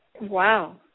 Wow